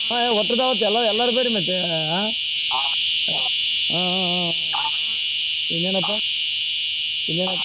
ಹಾಂ ಒಟ್ಟು ದಾವತ್ ಎಲ್ಲ ಎಲ್ಲಾರು ಬನ್ರಿ ಮತ್ತೆ ಹಾಂ ಹಾಂ ಹಾಂ ಹಾಂ ಹಾಂ ಹಾಂ ಇನ್ನೇನಪ್ಪ ಇನ್ನೇನು